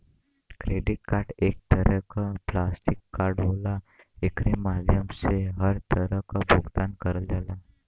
credit card एक तरे क प्लास्टिक कार्ड होला एकरे माध्यम से हर तरह क भुगतान करल जाला